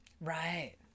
Right